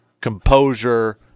composure